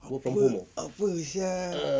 apa apa sia